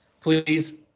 please